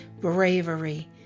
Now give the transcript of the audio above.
bravery